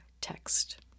text